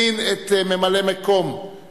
אבל אלה כמובן המקרים החריגים שבהם,